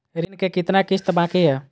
ऋण के कितना किस्त बाकी है?